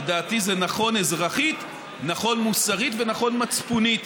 לדעתי זה נכון אזרחית, נכון מוסרית ונכון מצפונית.